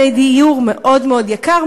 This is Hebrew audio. זה יהיה דיור מאוד מאוד יקר,